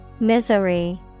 Misery